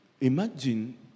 Imagine